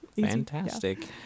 Fantastic